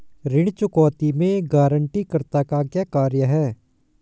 ऋण चुकौती में एक गारंटीकर्ता का क्या कार्य है?